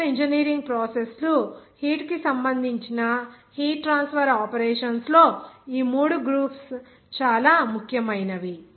chemical engineering process లు heat కి సంబంధించిన హీట్ ట్రాన్స్ఫర్ ఆపరేషన్స్ లో ఈ మూడు గ్రూప్స్ చాలా ముఖ్యమైనవి